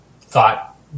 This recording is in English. thought